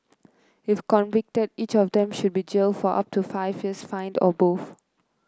if convicted each of them should be jailed for up to five years fined or both